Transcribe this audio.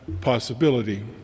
possibility